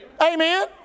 Amen